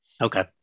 Okay